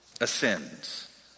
ascends